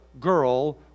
girl